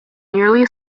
nearly